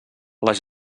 les